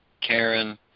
Karen